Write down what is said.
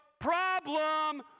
problem